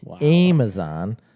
Amazon